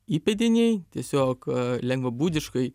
įpėdiniai tiesiog lengvabūdiškai